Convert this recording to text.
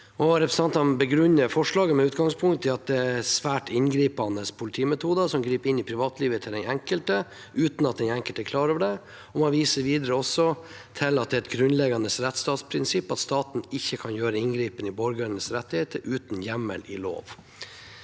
Representantene begrunner forslaget med utgangspunkt i at dette er svært inngripende politimetoder som griper inn i privatlivet til den enkelte uten at den enkelte er klar over det. Man viser videre også til at det er et grunnleggende rettsstatsprinsipp at staten ikke kan gjøre inngripen i borgernes rettigheter uten hjemmel i lov.